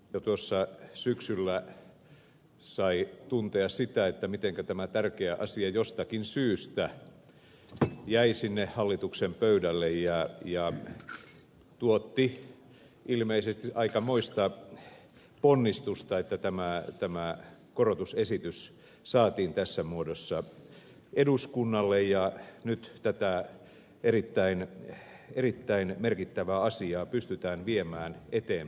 jo tuossa syksyllä sai tuntea mitenkä tämä tärkeä asia jostakin syystä jäi sinne hallituksen pöydälle ja tuotti ilmeisesti aikamoista ponnistusta että tämä korotusesitys saatiin tässä muodossa eduskunnalle ja nyt tätä erittäin merkittävää asiaa pystytään viemään eteenpäin